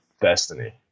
destiny